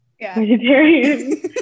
vegetarian